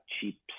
Cheap